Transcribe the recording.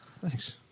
Thanks